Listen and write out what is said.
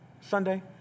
Sunday